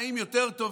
תנאים יותר טובים.